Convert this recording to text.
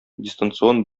дистанцион